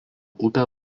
upė